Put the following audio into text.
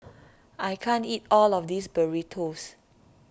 I can't eat all of this Burritos